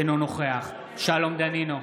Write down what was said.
אינו נוכח שלום דנינו,